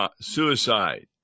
suicide